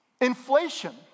Inflation